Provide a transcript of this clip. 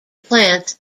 plants